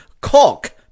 cock